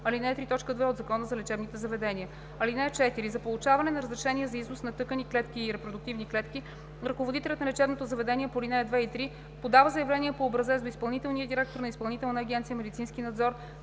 ал. 3, т. 2 от Закона за лечебните заведения. (4) За получаване на разрешение за износ на тъкани, клетки и репродуктивни клетки ръководителят на лечебното заведение по ал. 2 и 3 подава заявление по образец до изпълнителния директор на Изпълнителна агенция „Медицински надзор“